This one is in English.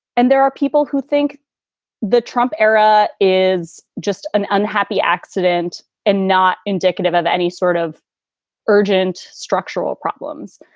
and there are people who think the trump era is just an unhappy accident and not indicative of any sort of urgent structural problems.